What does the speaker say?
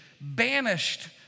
banished